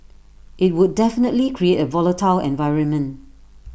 IT would definitely create A volatile environment